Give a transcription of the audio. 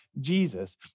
Jesus